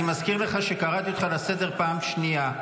אני מזכיר לך שקראתי אותך לסדר פעם שנייה.